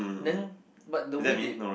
then but the way they